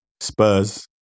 Spurs